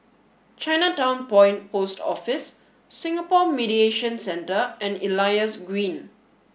Chinatown Point Post Office Singapore Mediation Centre and Elias Green